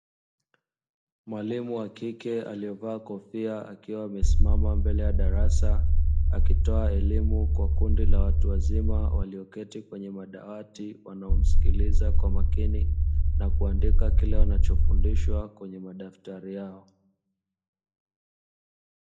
Mwalimu wa kike aliyevaa kofia akiwa amesimama mbele ya darasa. Akitoa elimu kwa kundi la watu wazima walioketi kwenye madawati, wanaomsikiliza kwa makini na kuandika kile wanachofundishwa kwenye madaftari yao.